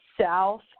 south